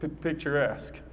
picturesque